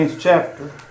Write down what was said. chapter